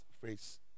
phrase